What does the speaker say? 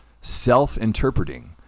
self-interpreting